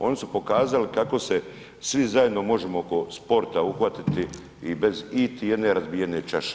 Oni su pokazali kako se svi zajedno možemo oko sporta uhvatiti i bez iti jedne razbijene čaše.